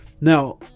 Now